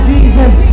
Jesus